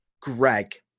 Greg